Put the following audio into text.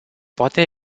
poate